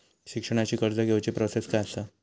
शिक्षणाची कर्ज घेऊची प्रोसेस काय असा?